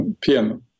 piano